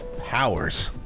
Powers